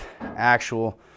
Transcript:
actual